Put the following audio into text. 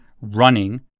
running